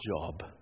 job